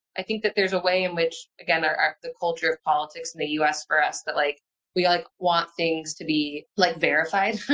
i think that there's a way in which again are the culture of politics in the us for us that like we like want things to be like verified.